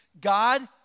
God